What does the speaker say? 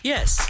Yes